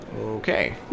Okay